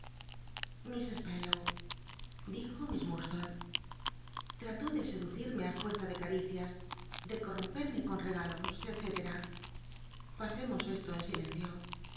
miss spenlow dijo miss murdslone trató de seducirme ü fuerza ele caricias de corromperme con regalos ele pasemos esto en silencio